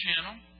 Channel